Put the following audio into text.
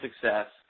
success